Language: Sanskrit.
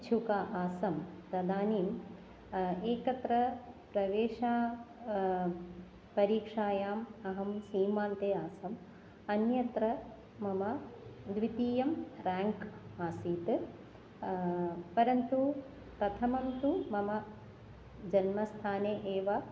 इच्छुका आसं तदानीम् एकत्र प्रवेशपरीक्षायाम् अहं सीमान्ते आसम् अन्यत्र मम द्वितीयं राङ्क् आसीत् परन्तु प्रथमं तु मम जन्मस्थाने एव